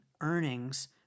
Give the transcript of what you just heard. earnings